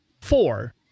four